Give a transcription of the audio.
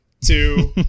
two